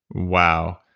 wow,